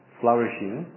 flourishing